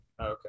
Okay